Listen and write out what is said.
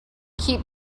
keep